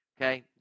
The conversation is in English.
Okay